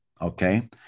okay